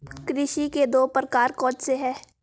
कृषि के दो प्रकार कौन से हैं?